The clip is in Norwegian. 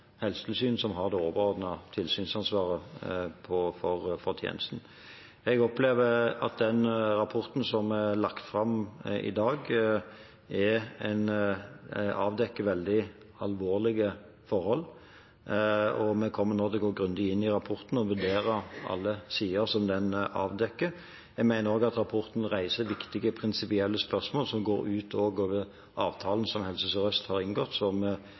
lagt fram i dag, avdekker veldig alvorlige forhold. Vi kommer nå til å gå grundig inn i rapporten og vurdere alle sider som den avdekker. Jeg mener også at rapporten reiser viktige prinsipielle spørsmål, som går utover avtalen som Helse Sør-Øst har inngått